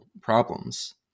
problems